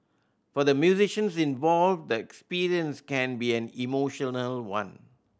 for the musicians involved the experience can be an emotional one